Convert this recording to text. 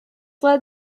led